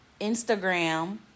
Instagram